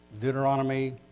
Deuteronomy